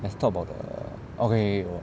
let's talk about the okay